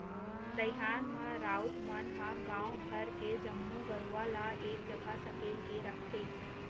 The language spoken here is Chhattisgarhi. दईहान म राउत मन ह गांव भर के जम्मो गरूवा ल एक जगह सकेल के रखथे